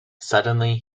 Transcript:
suddenly